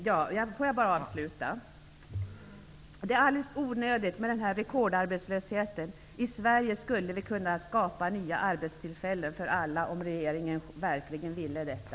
Fru talman! Jag skall bara avsluta. Det är alldeles onödigt med denna rekordarbetslöshet. I Sverige skulle vi kunna skapa nya arbetstillfällen för alla om regeringen verkligen ville detta.